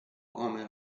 come